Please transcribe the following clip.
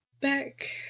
Back